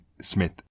Smith